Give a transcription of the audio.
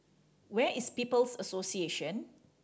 where is People's Association